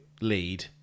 lead